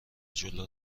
جلو